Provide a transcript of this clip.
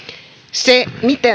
se